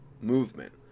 movement